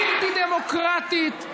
בלתי דמוקרטית.